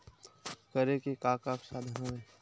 करे के का का साधन हवय?